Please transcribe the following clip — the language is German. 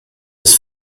des